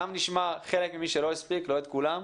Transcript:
בדיון הבא גם נשמע חלק ממי שלא הספיק, לא את כולם,